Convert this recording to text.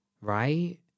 Right